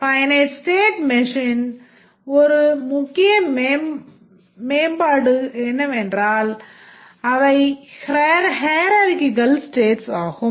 finite state மெஷினின் முக்கிய மேம்பாடுகள் என்னவென்றால் அவை hierarchical states ஆகும்